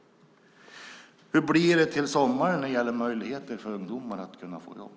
Hur blir det till sommaren när det gäller möjligheter för ungdomar att få jobb?